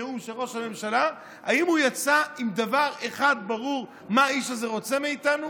של נאום ראש הממשלה הוא יצא עם דבר אחד ברור מה האיש הזה רוצה מאיתנו?